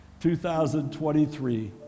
2023